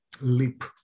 leap